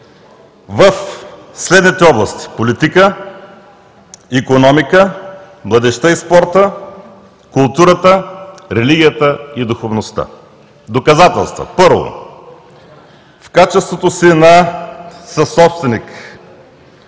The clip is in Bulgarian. в следните области: политика, икономика, младежта и спорта, културата, религията и духовността. Доказателства. Първо, в качеството си на съсобственик